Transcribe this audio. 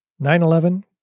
9-11